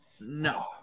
No